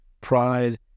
Pride